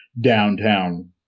downtown